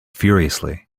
furiously